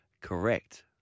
Correct